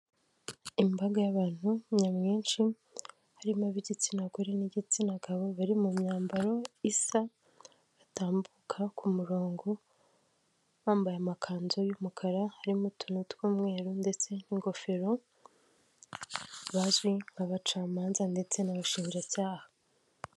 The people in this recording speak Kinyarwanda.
Imbaga y'abantu nyamwinshi, harimo ab'igitsina gore n'igitsina gabo bari mu myambaro isa, batambuka ku murongo bambaye amakanzu y'umukara harimo utuntu tw'umweru ndetse n'ingofero, bazwi nk'abacamanza ndetse n'abashinjacyaha.